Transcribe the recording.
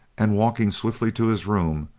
and, walking swiftly to his room,